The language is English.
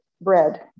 bread